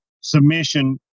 submission